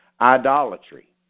Idolatry